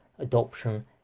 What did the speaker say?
adoption